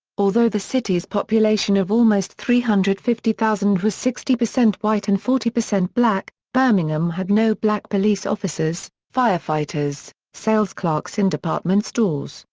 although the city's population of almost three hundred and fifty thousand was sixty percent white and forty percent black, birmingham had no black police officers, firefighters, sales clerks in department stores,